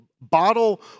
bottle